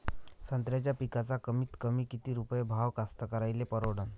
संत्र्याचा पिकाचा कमीतकमी किती रुपये भाव कास्तकाराइले परवडन?